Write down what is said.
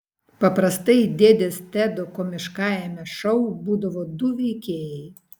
paprastai dėdės tedo komiškajame šou būdavo du veikėjai